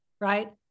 right